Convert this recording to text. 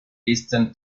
listen